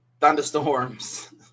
thunderstorms